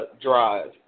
Drive